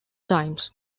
times